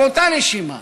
אבל באותה נשימה,